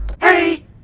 Hey